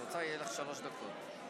הצעה זו היא הצעת חוק פרטית,